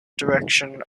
direction